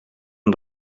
een